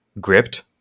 gripped